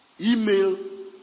email